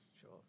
Sure